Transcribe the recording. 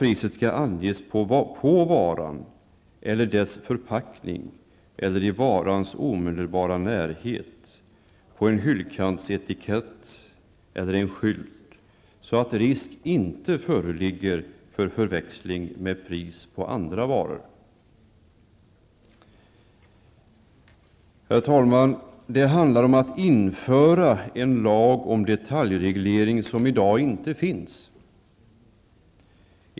Priset skall anges på varan eller dess förpackning, eller i varans omedelbara närhet på en hyllkantsetikett eller skylt, så att risk inte föreligger för förväxling med pris på andra varor. Herr talman! Det handlar om att införa en lag om detaljreglering som i dag inte finns.